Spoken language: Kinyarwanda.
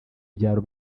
byaro